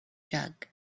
jug